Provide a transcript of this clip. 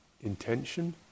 intention